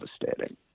devastating